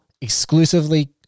exclusively